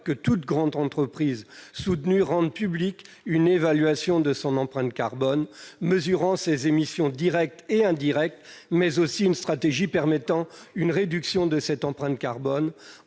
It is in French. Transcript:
que toute grande entreprise soutenue rende publique une évaluation de son empreinte carbone mesurant ses émissions directes et indirectes, une stratégie à même de réduire cette empreinte en